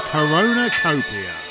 Coronacopia